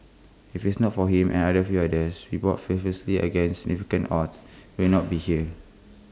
if is not for him and A few others who fought fearlessly against significant odds we will not be here